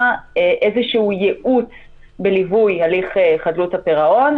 איזשהו ייעוץ בליווי הליך חדלות הפירעון.